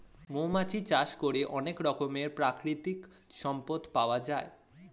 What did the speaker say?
মৌমাছি চাষ করে অনেক রকমের প্রাকৃতিক সম্পদ পাওয়া যায়